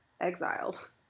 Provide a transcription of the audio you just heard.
exiled